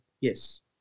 yes